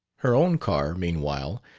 her own car, meanwhile,